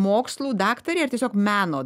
mokslų daktarė ar tiesiog meno